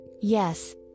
Yes